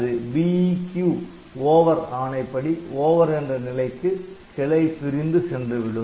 அது BEQ Over ஆணைப்படி 'over' என்ற நிலைக்கு கிளை பிரிந்து சென்றுவிடும்